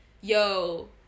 yo